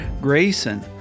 Grayson